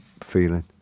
feeling